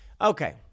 Okay